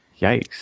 Yikes